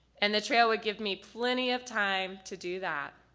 and the trail would give me plenty of time to do that.